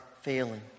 failing